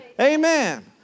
Amen